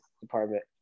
department